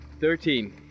Thirteen